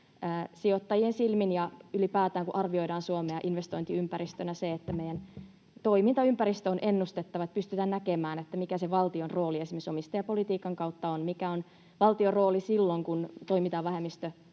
sijoittajien silmin ja ylipäätään, kun arvioidaan Suomea investointiympäristönä, että meidän toimintaympäristö on ennustettava, että pystytään näkemään, mikä se valtion rooli esimerkiksi omistajapolitiikan kautta on, mikä on valtion rooli silloin, kun toimitaan